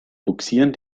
bugsieren